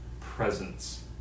presence